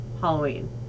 Halloween